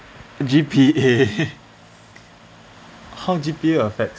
G_P_A how G_P_A affects